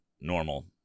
normal